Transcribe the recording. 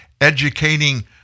educating